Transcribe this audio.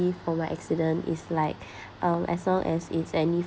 for my accident is like um as long as it's any